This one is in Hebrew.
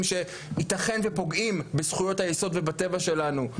שייתכן שפוגעים בזכויות היסוד ובטבע שלנו,